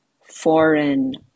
foreign